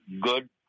good